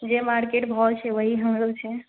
जे मार्केट भाव छै ओहि हमरो छै